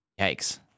Yikes